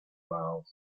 miles